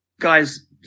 guys